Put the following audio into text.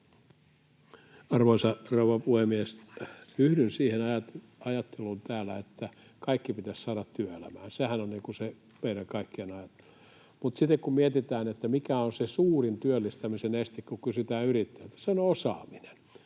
rouva puhemies! Yhdyn siihen ajatteluun täällä, että kaikki pitäisi saada työelämään — sehän on se meidän kaikkien ajattelu — mutta sitten, kun mietitään, mikä on se suurin työllistämisen este, kun kysytään yrittäjältä, se on osaaminen,